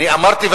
אמרתי,